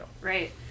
Right